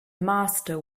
master